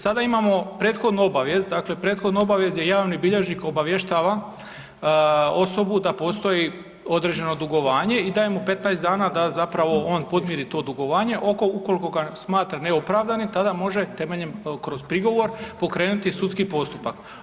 Sada imamo prethodnu obavijest, dakle prethodnu obavijest gdje javni bilježnik obavještava osobu da postoji određeno dugovanje i daje mu 15 dana da zapravo on podmiri to dugovanje, ukoliko ga smatra neopravdanim tada može temeljem kroz prigovor pokrenuti sudski postupak.